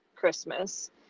Christmas